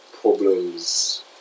problems